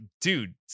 dude